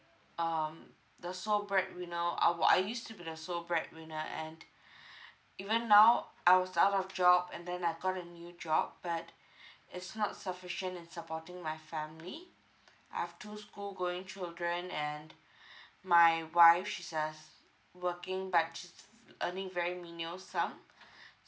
um the sole breadwinner I wa~ I used to be the sole breadwinner and even now I was out of job and then I've got a new job but it's not sufficient in supporting my family I've two school going children and my wife she's uh working but she's earning very minimal sum